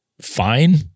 fine